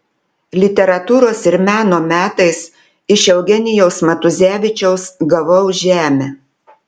literatūros ir meno metais iš eugenijaus matuzevičiaus gavau žemę